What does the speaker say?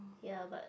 ya but